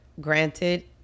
granted